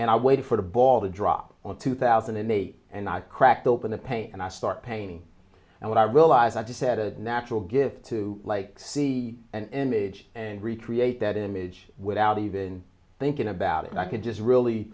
and i waited for the ball to drop on two thousand and eight and i cracked open the paint and i start painting and what i realized i just had a natural gift to like see and midge and recreate that image without even thinking about it i could just really